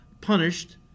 punished